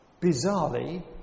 bizarrely